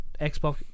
Xbox